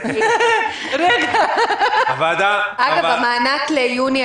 לגבי המענק ליוני,